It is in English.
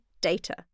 data